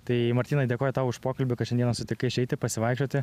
tai martynai dėkoju tau už pokalbį kad šiandieną sutikai išeiti pasivaikščioti